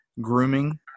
grooming